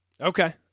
Okay